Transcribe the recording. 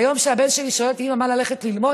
היום, כשהבן שלי שואל אותי: אימא, מה ללכת ללמוד?